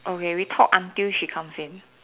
okay we talk until she comes in